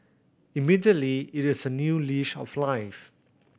immediately it is a new lease of life